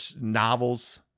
novels